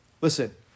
Listen